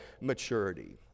maturity